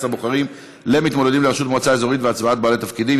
הבוחרים למתמודדים לראשות מועצה אזורית והצבעת בעלי תפקידים),